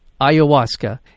ayahuasca